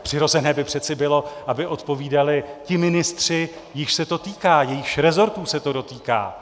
Přirozené by přece bylo, aby odpovídali ti ministři, jichž se to týká, jejichž resortů se to dotýká.